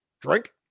Drink